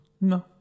No